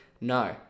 No